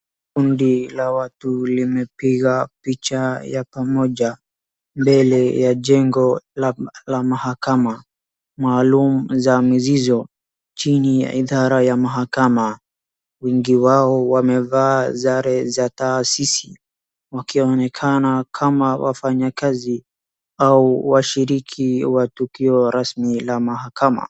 Kundi la watu limepiga picha ya pamoja, mbele ya jengo la mahakama maalum za mizizo chini ya indara ya mahakama. Wengi wao wamevaa sare za taasisi, wakionekana kama wafanyikazi au washiriki wa tukio rasmi la mahakama.